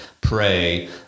pray